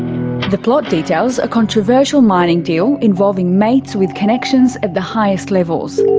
the plot details a controversial mining deal involving mates with connections at the highest levels.